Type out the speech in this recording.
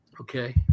Okay